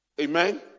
amen